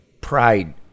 pride